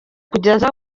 kugeza